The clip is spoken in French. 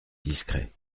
discret